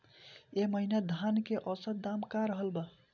एह महीना धान के औसत दाम का रहल बा?